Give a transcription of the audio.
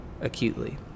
acutely